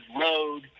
road